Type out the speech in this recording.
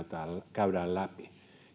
käydään läpi